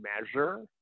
measure